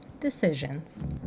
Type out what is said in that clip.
decisions